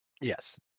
Yes